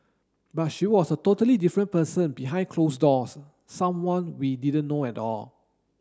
but she was a totally different person behind closed doors someone we didn't know at all